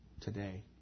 today